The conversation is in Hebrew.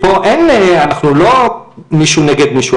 אנחנו לא מישהו נגד מישהו,